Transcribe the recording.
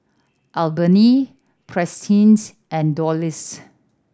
Albina Prentice and Delois